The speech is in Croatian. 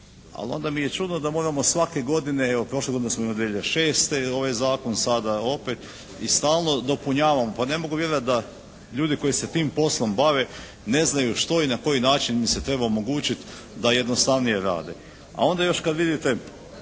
Ali onda mi je čudno da moramo svake godine, evo prošle godine smo, odnosno 2006., ovaj zakon sada opet i stalno dopunjavamo. Pa ne mogu vjerovati da ljudi koji se tim poslom bave ne znaju što i na koji način im se treba omogućiti da jednostavnije rade. A onda još kad vidite